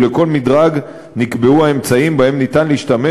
ולכל מדרג נקבעו האמצעים שבהם ניתן להשתמש